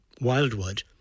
Wildwood